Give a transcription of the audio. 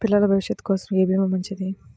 పిల్లల భవిష్యత్ కోసం ఏ భీమా మంచిది?